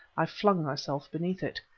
i flung myself beneath it.